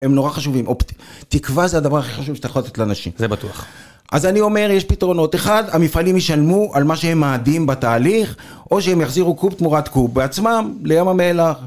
הם נורא חשובים, תקווה זה הדבר הכי חשוב שאתה יכול לתת לאנשים, זה בטוח, אז אני אומר יש פתרונות, אחד המפעלים יישלמו על מה שהם מאדים בתהליך או שהם יחזירו קוב תמורת קוב בעצמם לים המלח